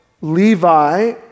Levi